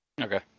Okay